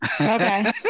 Okay